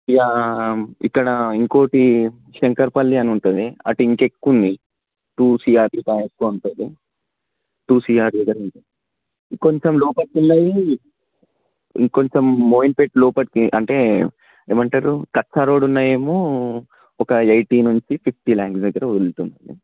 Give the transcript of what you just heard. ఇక ఇక్కడ ఇంకోటి శంకరపల్లి అని ఉంటుంది అటు ఇంకా ఎక్కువ ఉంది టూ సీఆర్ కిన్న ఎక్కువ ఉంటుంది టూ సీఆర్ మీద ఉంటుంది ఇంకొంచెం లోపలికి వెళ్ళి ఇంకొంచెం మోహిన్ పేట్ లోపలికి అంటే ఏమంటారు తత్కా రోడ్డు ఉన్నవి ఏమో ఒక ఎయిటి నుంచి ఫిఫ్టీ లాక్స్లో ఉంటుంది